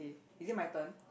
is it my turn